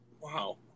Wow